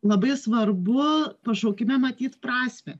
labai svarbu pašaukime matyt prasmę